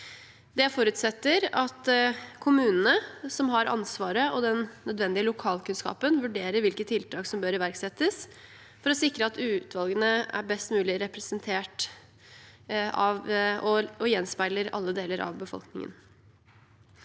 Det forutsetter at kommunene, som har ansvaret og den nødvendige lokalkunnskapen, vurderer hvilke tiltak som bør iverksettes for å sikre at utvalgene best mulig representerer og gjenspeiler alle deler av befolkningen.